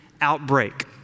outbreak